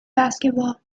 basketball